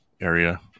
area